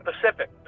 Pacific